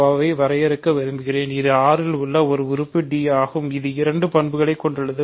வ ஐ வரையறுக்க விரும்புகிறேன் இது R இல் உள்ள ஒரு உறுப்பு d ஆகும் இது இரண்டு பண்புகளைக் கொண்டுள்ளது